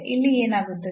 ಇಲ್ಲಿ ಏನಾಗುತ್ತದೆ